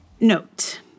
Note